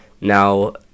Now